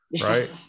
right